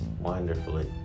wonderfully